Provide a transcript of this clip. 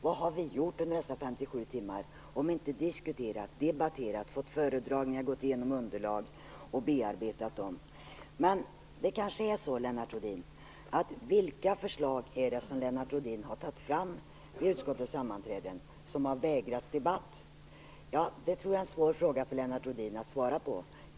Vad har vi gjort under dessa 57 timmar om inte diskuterat, debatterat, fått föredragningar och gått igenom underlag och bearbetat dem. Men vilka förslag är det som Lennart Rohdin har tagit fram vid utskottets sammanträden som har vägrats debatt? Det tror jag är en svår fråga för Lennart Rohdin att svara på.